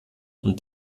und